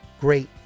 great